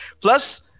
plus